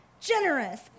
generous